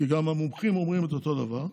וגם המומחים אומרים אותו דבר.